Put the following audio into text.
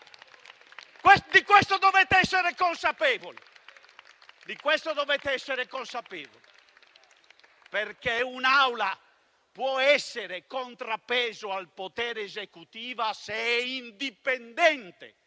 Di questo dovete essere consapevoli! Un'Aula può essere contrappeso al potere esecutivo se è indipendente